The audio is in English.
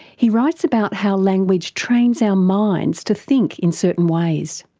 he writes about how language trains our minds to think in certain ways.